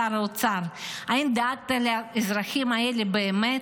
שר האוצר: האם דאגת לאזרחים האלה באמת?